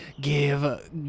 give